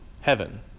heaven